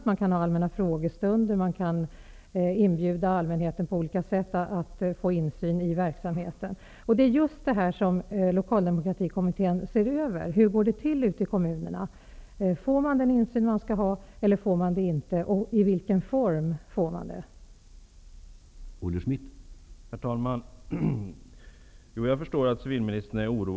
De kan ersättas med allmänna frågestunder, och allmänheten kan på olika sätt erbjudas insyn i verksamheten. Det är just dessa frågor som Lokalkommittén skall se över, dvs. hur det går till ute i kommunerna, om man har den insyn som man skall ha och i vilken form man har denna insyn.